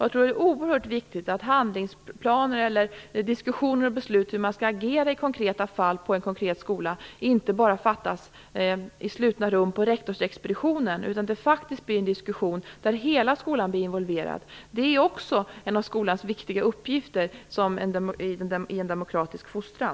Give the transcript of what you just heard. Det är oerhört viktigt att handlingsplaner, diskussioner och beslut om hur man skall agera i konkreta fall i en konkret skola inte bara fattas i slutna rum på rektorsexpeditionen. Det måste bli en diskussion där hela skolan blir involverad. Detta är också en av skolans viktiga uppgifter i en demokratisk fostran.